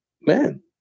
man